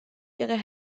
ihre